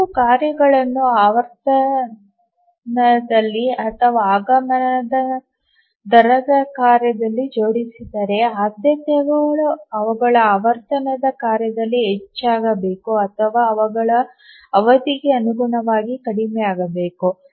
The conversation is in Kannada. ನಾವು ಕಾರ್ಯಗಳನ್ನು ಆವರ್ತನದಲ್ಲಿ ಅಥವಾ ಆಗಮನದ ದರದ ಕ್ರಮದಲ್ಲಿ ಜೋಡಿಸಿದರೆ ಆದ್ಯತೆಯು ಅವುಗಳ ಆವರ್ತನದ ಕ್ರಮದಲ್ಲಿ ಹೆಚ್ಚಾಗಬೇಕು ಅಥವಾ ಅವುಗಳ ಅವಧಿಗೆ ಅನುಗುಣವಾಗಿ ಕಡಿಮೆಯಾಗಬೇಕು